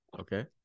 okay